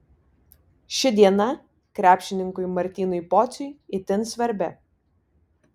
ši diena krepšininkui martynui pociui itin svarbi